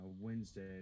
Wednesday